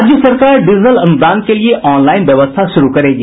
राज्य सरकार डीजल अनुदान के लिये ऑनलाइन व्यवस्था शुरू करेगी